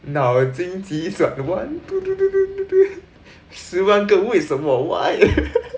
脑筋急转弯 十万个为什么 why